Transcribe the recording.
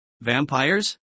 Vampires